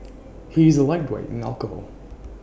he is A lightweight in alcohol